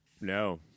No